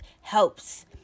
helps